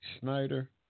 Snyder